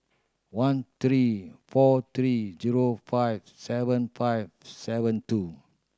one three four three zero five seven five seven two